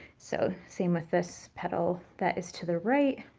so, same with this petal that is to the right.